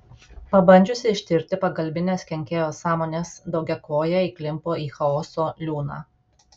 pabandžiusi ištirti pagalbines kenkėjo sąmones daugiakojė įklimpo į chaoso liūną